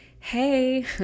hey